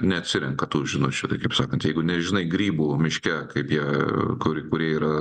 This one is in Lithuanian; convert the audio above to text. neatsirenka tų žinučių tai kaip sakant jeigu nežinai grybų miške kaip jie kur kurie yra